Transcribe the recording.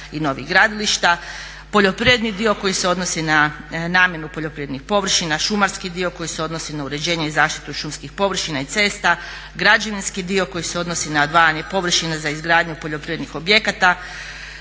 i novih gradilišta. Poljoprivredni dio koji se odnosi na namjenu poljoprivrednih površina, šumarski dio koji se odnosi na uređenje i zaštitu šumskih površina i cesta, građevinski dio koji se odnosi na odvajanje površina za izgradnju poljoprivrednih objekata,